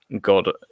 God